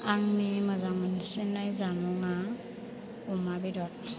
आंनि मोजां मोनसिननाय जामुंआ अमा बेदर